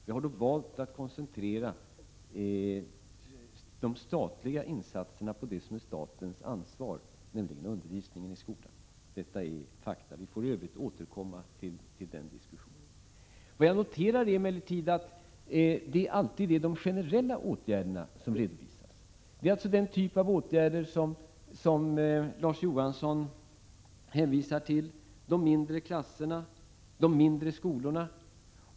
Vi har då valt att koncentrera de statliga insatserna på det som är statens ansvar, nämligen undervisningen i skolan. Detta är fakta. Vi får i övrigt återkomma till den diskussionen. Jag noterar att det alltid är de generella åtgärderna som redovisas. Larz Johansson hänvisar till den typen av åtgärder, t.ex. mindre klasser och mindre skolor.